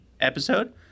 episode